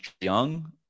Young